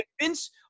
Vince